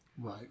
Right